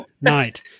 night